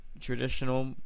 traditional